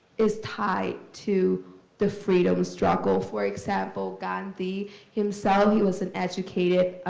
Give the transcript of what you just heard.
is tied to the freedom struggle. for example, gandhi himself, he was an educated